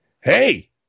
hey